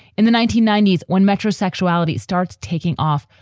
in the nineteen ninety s, when metro sexuality starts taking off,